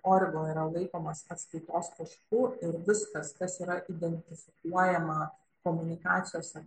orgo yra laikomas atskaitos tašku ir viskas kas yra identifikuojama komunikacijose